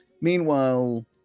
Meanwhile